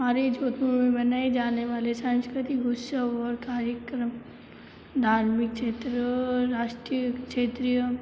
हमारे जोधपुर में मनाए जाने वाले सांस्कृतिक उत्सव और कार्यक्रम धार्मिक क्षेत्र और राष्ट्रीय क्षेत्र